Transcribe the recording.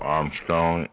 Armstrong